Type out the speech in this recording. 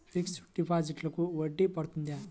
Fixed డిపాజిట్లకు వడ్డీ పడుతుందా?